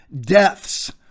deaths